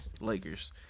Lakers